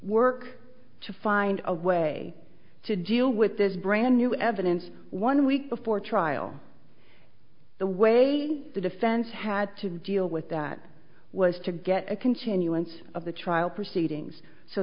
work to find a way to deal with this brand new evidence one week before trial the way the defense had to deal with that was to get a continuance of the trial proceedings so